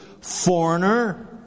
foreigner